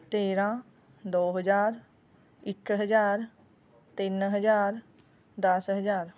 ਤੇਰਾਂ ਦੋ ਹਜ਼ਾਰ ਇੱਕ ਹਜ਼ਾਰ ਤਿੰਨ ਹਜ਼ਾਰ ਦਸ ਹਜ਼ਾਰ